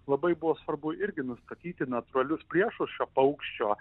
labai buvo svarbu irgi nustatyti natūralius priešus šio paukščio